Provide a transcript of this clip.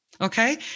Okay